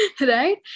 Right